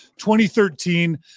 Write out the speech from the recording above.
2013